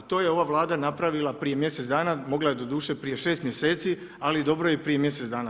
I to je ova Vlada napravila prije mjesec dana, mogla je doduše prije 6 mjeseci, ali dobro je i prije mjesec dana.